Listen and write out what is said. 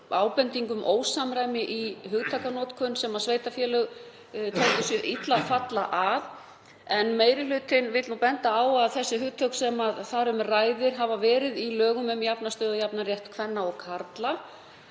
ábending um ósamræmi í hugtakanotkun sem sveitarfélög töldu sig falla illa að, en meiri hlutinn vill benda á að hugtökin sem þar um ræðir hafa verið í lögum um jafna stöðu og jafnan rétt kvenna og karla